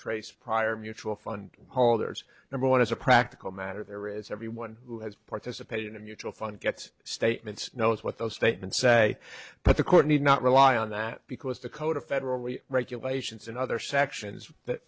trace prior mutual fund holders number one as a practical matter there is everyone who has participated in a mutual fund gets statements knows what those statements say but the court need not rely on that because the code of federal regulations and other sections that